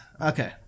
Okay